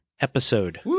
episode